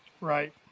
Right